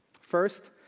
First